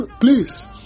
Please